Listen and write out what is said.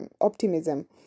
optimism